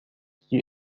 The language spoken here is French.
qui